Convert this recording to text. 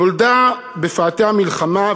נולדה בפאתי המלחמה,